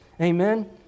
Amen